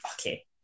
Okay